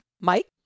Mike